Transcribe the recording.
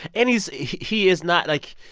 and he's he is not like,